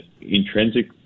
intrinsic